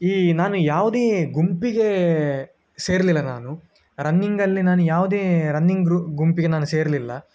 ಈ ನಾನು ಯಾವುದೇ ಗುಂಪಿಗೆ ಸೇರಲಿಲ್ಲ ನಾನು ರನ್ನಿಂಗಲ್ಲಿ ನಾನು ಯಾವುದೇ ರನ್ನಿಂಗ್ ಗ್ರು ಗುಂಪಿಗೆ ನಾನು ಸೇರಲಿಲ್ಲ